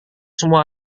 semua